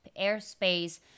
airspace